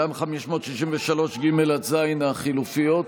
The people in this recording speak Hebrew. גם 563 ג' ז' החלופיות,